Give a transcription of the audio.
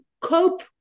cope